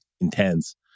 intense